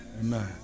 Amen